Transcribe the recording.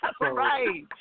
Right